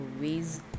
ways